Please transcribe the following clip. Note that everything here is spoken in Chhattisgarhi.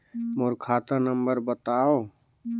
मोर खाता नम्बर बताव?